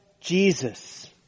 Jesus